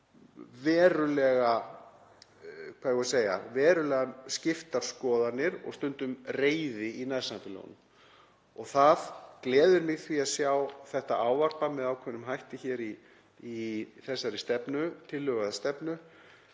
verulega skiptar skoðanir og stundum reiði í nærsamfélögunum. Það gleður mig því að sjá þetta ávarpað með ákveðnum hætti í þessari tillögu að stefnu,